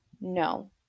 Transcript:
No